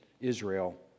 Israel